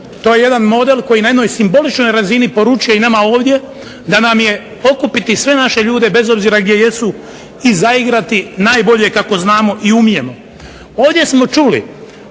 To je jedan model koji na jednoj simboličnoj razini poručuje i nama ovdje da nam je okupiti sve naše ljude bez obzira gdje jesu i zaigrati najbolje kako znamo i umijemo. Ovdje smo čuli